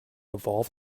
evolved